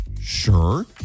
Sure